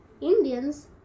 Indians